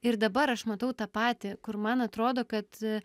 ir dabar aš matau tą patį kur man atrodo kad